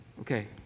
Okay